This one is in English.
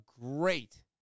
great